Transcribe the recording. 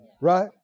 Right